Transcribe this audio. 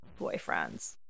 boyfriends